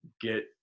get